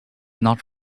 not